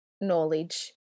knowledge